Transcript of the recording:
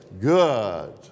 good